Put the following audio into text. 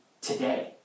today